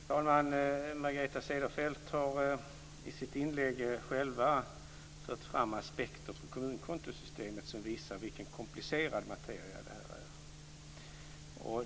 Fru talman! Margareta Cederfelt har i sitt inlägg själv fört fram aspekter på kommunkontosystemet som visar vilken komplicerad materia det är.